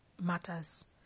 matters